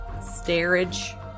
...stairage